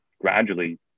gradually